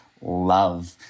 love